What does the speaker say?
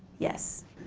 yes.